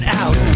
out